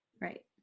Right